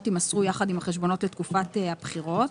ימסרו יחד עם החשבונות לתקופת הבחירות.